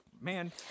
man